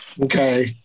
Okay